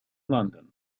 london